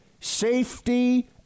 Safety